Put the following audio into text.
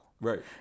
Right